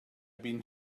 been